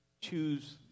choose